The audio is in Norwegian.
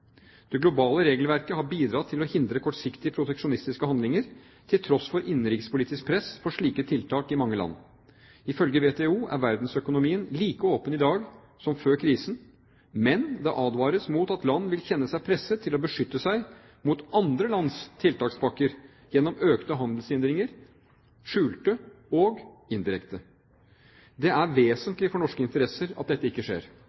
Det globale regelverket har bidratt til å hindre kortsiktige proteksjonistiske handlinger, til tross for innenrikspolitisk press for slike tiltak i mange land. Ifølge WTO er verdensøkonomien like åpen i dag som før krisen, men det advares mot at land vil kjenne seg presset til å beskytte seg mot andre lands tiltakspakker gjennom økte handelshindringer – skjulte og indirekte. Det er vesentlig for norske interesser at dette ikke skjer.